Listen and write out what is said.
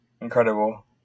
incredible